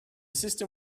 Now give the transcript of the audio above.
system